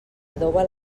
adoba